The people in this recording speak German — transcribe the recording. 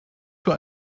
für